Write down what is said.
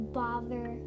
bother